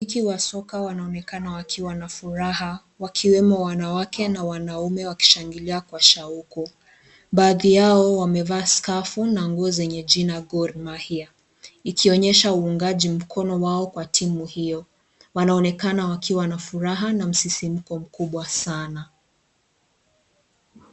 Mashabiki wa soka wanaonekana wakiwa na furaha wakiwemo wanawake na wanaume wakishangilia kwa shauku. Baadhi yao wamevaa skafu na nguo zenye jina GOR MAHIA, ikionyesha uunganji mkono wao kwa timu hio. Wanaonekana wakiwa na furaha na msisimko mkubwa sana.